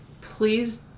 please